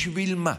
בשביל מה?